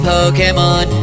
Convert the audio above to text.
Pokemon